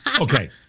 Okay